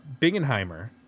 Bingenheimer